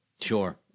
Sure